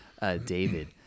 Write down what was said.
David